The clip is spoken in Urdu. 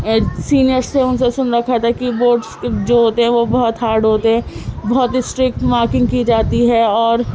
سینیئرس تھے اُن سے سُن رکھا تھا کہ بورڈس جو ہوتے ہے وہ بہت ہارڈ ہوتے ہیں بہت اسٹرکٹ مارکنگ کی جاتی ہے اور